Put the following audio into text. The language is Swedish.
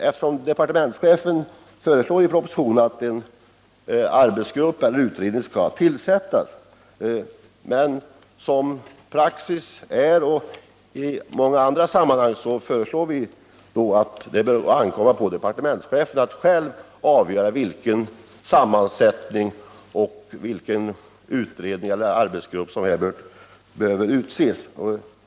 Eftersom departementschefen i propositio" nen föreslår att en arbetsgrupp eller utredning skall tillsättas föreslår vi att — som praxis är i många andra sammanhang —- det bör ankomma på departementschefen att själv avgöra vilken utredning eller arbetsgrupp som behöver utses och vilken sammansättning den skall ha.